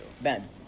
Ben